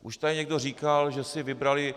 Už tady někdo říkal, že si vybrali...